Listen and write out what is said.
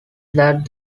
that